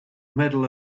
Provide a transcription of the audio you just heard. medal